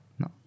No